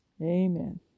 Amen